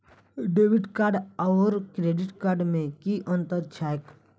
Debit card आओर credit card मे की अन्तर छैक?